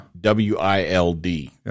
W-I-L-D